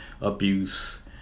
abuse